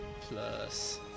plus